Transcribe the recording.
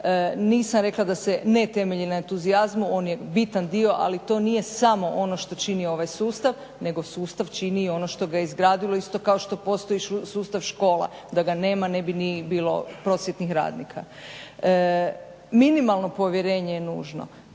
nisam rekla da se ne temelji na entuzijazmu on je bitan dio ali to nije samo ono što čini ovaj sustav nego sustav čini i ono što ga je izgradilo isto kao što postoji sustav škola. Da ga nema ne bi ni bilo prosvjetnih radnika. Minimalno povjerenje je nužno.